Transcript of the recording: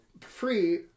free